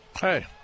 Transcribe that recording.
Hey